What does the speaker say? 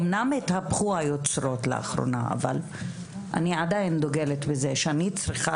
אמנם לאחרונה התהפכו היוצרות אבל אני עדיין דוגלת בזה שאני צריכה